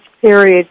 period